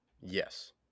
Yes